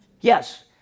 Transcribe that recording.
Yes